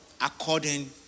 according